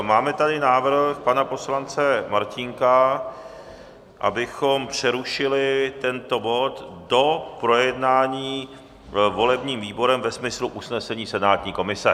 Máme tady návrh pana poslance Martínka, abychom přerušili tento bod do projednání volebním výborem ve smyslu usnesení senátní komise.